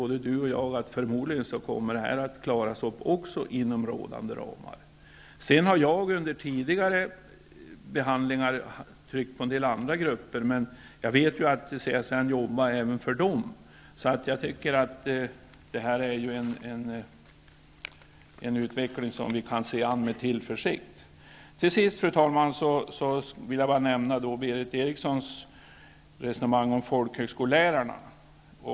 Både Lena Öhrsvik och jag vet ju att detta förmodligen också kommer att klaras inom rådande ramar. Under tidigare behandlingar har jag framhållit en del andra grupper. Men jag vet att CSN arbetar även för dem, så jag tycker att det här är en utveckling som vi kan se an med tillförsikt. Till sist, fru talman, vill jag säga något om Berith Erikssons resonemang om folkhögskollärarna.